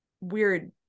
weird